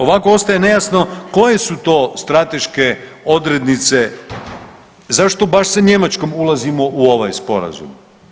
Ovako ostaje nejasno koje su to strateške odrednice, zašto baš sa Njemačkom ulazimo u ovaj Sporazum?